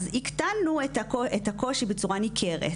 אז הקטנו את הקושי בצורה ניכרת,